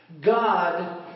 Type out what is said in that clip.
God